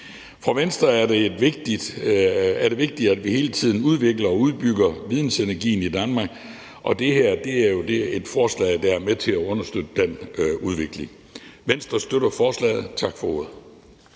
For Venstre er det vigtigt, at vi hele tiden udvikler og udbygger vindenergien i Danmark, og det her er jo et forslag, der er med til at understøtte den udvikling. Venstre støtter forslaget. Tak for ordet.